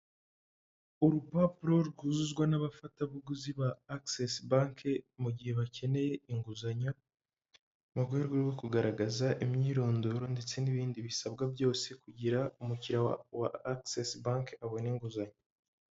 Urupapuro rwuzuzwa n'abafatabuguzi ba Access Bank, mu gihe bakeneye inguzanyo, mu rwego rwo kugaragaza imyirondoro, ndetse n'ibindi bisabwa byose, kugira umukiriya wa Access Bank, abone inguzanyo.